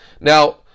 now